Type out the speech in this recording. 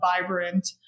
vibrant